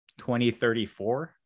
2034